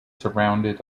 surrounded